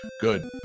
Good